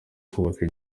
kubaka